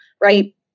right